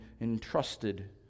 entrusted